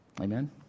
Amen